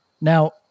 Now